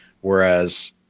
Whereas